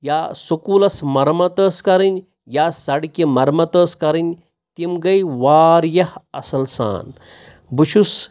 یا سکوٗلَس مرمَت ٲس کَرٕنۍ یا سڑکہِ مَرمَت ٲس کَرٕنۍ تِم گٔے واریاہ اَصٕل سان بہٕ چھُس